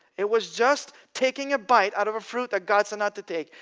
it was just taking a bite out of a fruit that god said not to take,